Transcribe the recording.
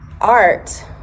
art